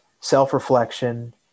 self-reflection